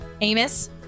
Amos